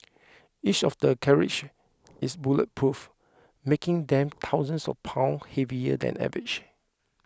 each of the carriage is bulletproof making them thousands of pounds heavier than average